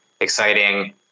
exciting